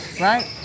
right